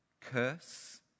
curse